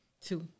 two